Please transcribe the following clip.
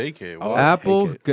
Apple